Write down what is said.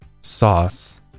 sauce